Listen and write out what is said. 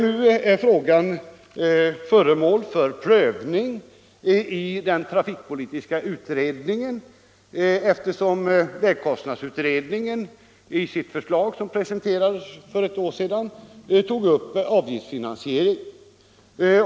Nu är frågan föremål för prövning i den trafikpolitiska utredningen, eftersom vägkostnadsutredningen i sitt förslag, som presenterades för Nr 49 ett år sedan, tog upp avgiftsfinansieringen.